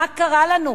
מה קרה לנו?